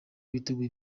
biteguye